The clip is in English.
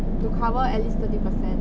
to cover at least thirty percent